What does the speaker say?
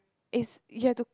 is you have to